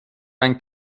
ein